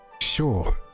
...sure